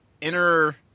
inner